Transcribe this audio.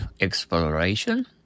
Exploration